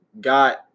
got